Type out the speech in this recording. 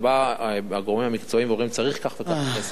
ובאים הגורמים המקצועיים ואומרים שצריך כך וכך כסף.